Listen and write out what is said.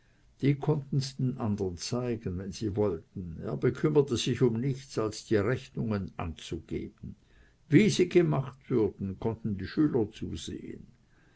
die konnten's den andern zeigen wenn sie wollten er bekümmerte sich um nichts als die rechnungen anzugeben wie sie gemacht würden konnten die schüler zusehen